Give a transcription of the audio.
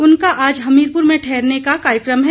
उनका आज हमीरपुर में ठहरने का कार्यक्रम है